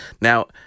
Now